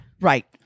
Right